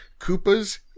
Koopa's